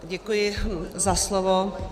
Děkuji za slovo.